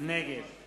נגד